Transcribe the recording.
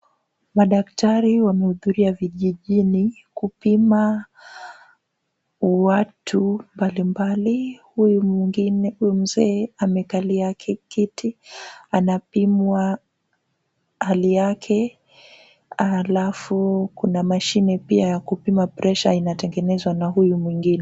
Madaktari wamehudhuria vijijini kupima watu mbalimbali. Huyu mzee amekalia kiti anapimwa hali yake alafu kuna mashine pia ya kupima presha inatengenezwa na huyu mwingine.